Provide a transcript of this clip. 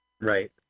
Right